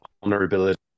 vulnerability